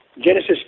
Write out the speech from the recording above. Genesis